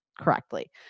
correctly